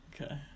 Okay